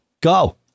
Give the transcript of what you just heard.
go